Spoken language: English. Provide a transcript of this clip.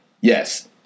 Yes